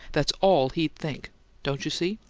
that's all he'd think don't you see?